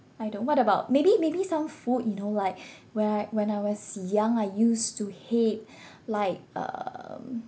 I don't what about maybe maybe some food you know like when I when I was young I used to hate like um